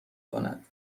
کند